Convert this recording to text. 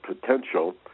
potential